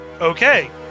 Okay